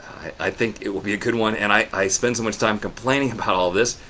i think it will be a good one. and i i spend so much time complaining about all of this.